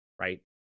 right